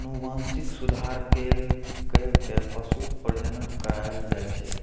आनुवंशिक सुधार कैर के पशु प्रजनन करायल जाए छै